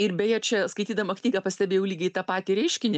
ir beje čia skaitydama knygą pastebėjau lygiai tą patį reiškinį